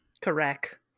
Correct